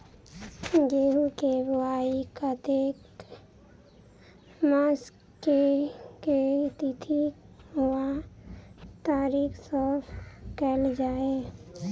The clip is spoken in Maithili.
गेंहूँ केँ बोवाई कातिक मास केँ के तिथि वा तारीक सँ कैल जाए?